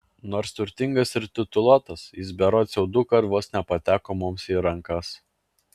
nors turtingas ir tituluotas jis berods jau dukart vos nepateko mums į rankas